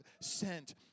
sent